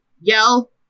yell